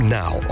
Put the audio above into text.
now